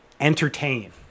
entertain